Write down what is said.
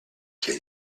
can